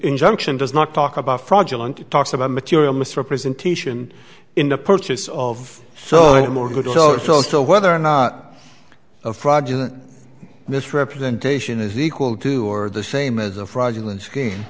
injunction does not talk about fraudulent it talks about material misrepresentation in the purchase of so you more good or so as to whether or not a fraudulent misrepresentation is equal to or the same as a fraudulent